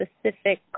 specific